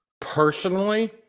personally